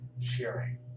cheering